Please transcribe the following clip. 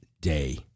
day